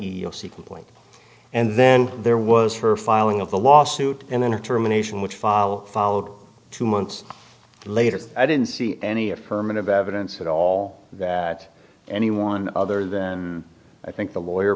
you'll see complaint and then there was for filing of the lawsuit and then a termination which fall followed two months later i didn't see any affirmative evidence at all that anyone other than i think the lawyer